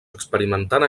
experimentant